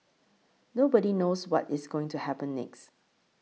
nobody knows what is going to happen next